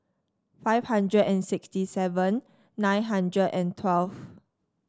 five hundred and sixty seven nine hundred and twelve